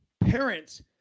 parents